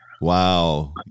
Wow